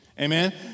Amen